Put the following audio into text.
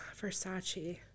Versace